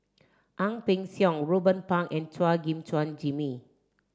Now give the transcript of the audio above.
Ang Peng Siong Ruben Pang and Chua Gim Chuan Jimmy